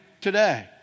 today